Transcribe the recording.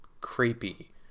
creepy